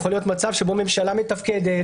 יכול להיות מצב שבו ממשלה מתפקדת,